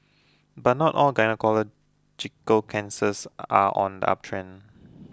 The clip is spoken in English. but not all gynaecological cancers are on the uptrend